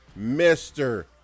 Mr